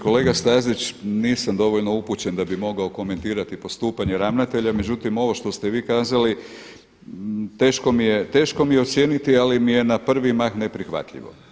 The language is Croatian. Kolega Stazić, nisam dovoljno upućen da bih mogao komentirati postupanje ravnatelja, međutim ovo što ste vi kazali teško mi je ocijeniti, ali mi je na prvi mah neprihvatljivo.